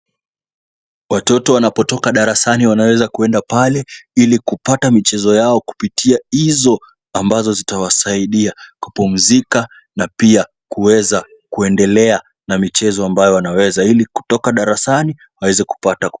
Watoto wanapotoka darasani wanaeza kuenda pale, ili kupata michezo yao kupitia hizo ambazo zitawasaidia kupumzika na pia kuweza kuendelea na michezo ambayo wanaweza ili kutoka darasani waweze kupata.